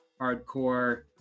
hardcore